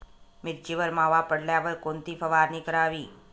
मिरचीवर मावा पडल्यावर कोणती फवारणी करावी?